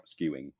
skewing